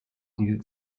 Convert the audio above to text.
die